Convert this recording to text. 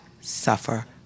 suffer